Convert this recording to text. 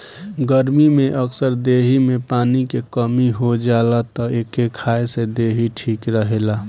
गरमी में अक्सर देहि में पानी के कमी हो जाला तअ एके खाए से देहि ठीक रहेला